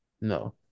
No